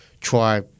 try